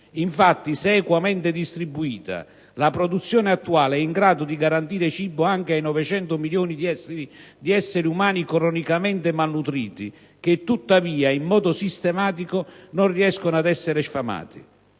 Infatti, se equamente distribuita, la produzione attuale è in grado di garantire cibo anche ai 900 milioni di esseri umani cronicamente malnutriti che tuttavia, in modo sistematico, non riescono ad essere sfamati.